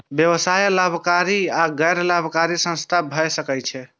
व्यवसाय लाभकारी आ गैर लाभकारी संस्था भए सकै छै